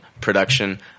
production